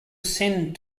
ascend